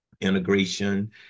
integration